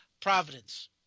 Providence